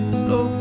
slow